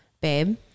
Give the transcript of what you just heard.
babe